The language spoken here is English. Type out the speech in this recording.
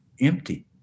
empty